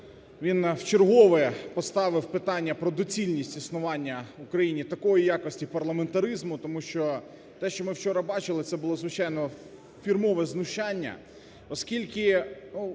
він вчергове поставив питання про доцільність існування в Україні такої якості парламентаризму. Тому що те, що ми вчора бачили, це було, звичайно, фірмове знущання, оскільки,